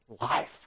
life